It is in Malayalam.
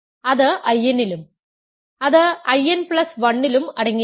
അത് I n ലും അത് In1 ലും അടങ്ങിയിരിക്കുന്നു